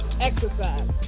exercise